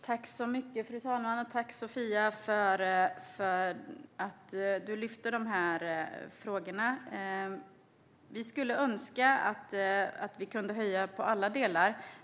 Fru talman! Tack för att du lyfte fram dessa frågor, Sofia! Vi skulle önska att vi kunde höja i alla delar.